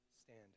stand